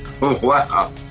Wow